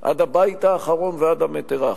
עד הבית האחרון ועד המטר האחרון.